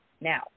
now